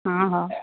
ହଁ ହଁ